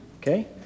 Okay